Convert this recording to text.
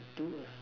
do your